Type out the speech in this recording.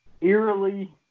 eerily